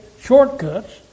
shortcuts